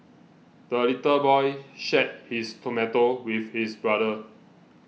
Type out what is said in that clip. the little boy shared his tomato with his brother